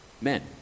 men